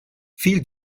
fiel